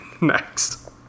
Next